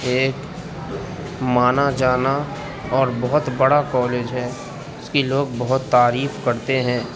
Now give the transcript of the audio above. ایک مانا جانا اور بہت بڑا کالج ہے اس کی لوگ بہت تعریف کرتے ہیں